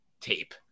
tape